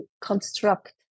construct